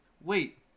Wait